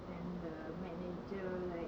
then the manager like